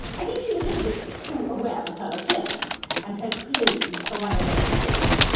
i think she is a little bit too aware of her appearance and her clothes for one of only six.